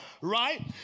right